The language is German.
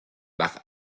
nach